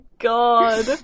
god